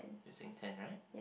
you saying ten right